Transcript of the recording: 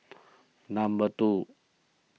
number two